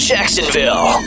Jacksonville